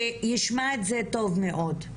שישמע את זה טוב מאוד.